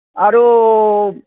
ଆରୁ